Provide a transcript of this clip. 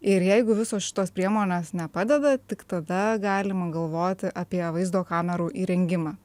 ir jeigu visos šitos priemonės nepadeda tik tada galima galvoti apie vaizdo kamerų įrengimą